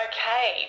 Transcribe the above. Okay